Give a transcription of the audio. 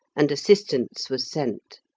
and assistance was sent.